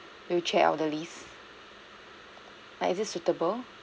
wheelchair elderlies like is it suitable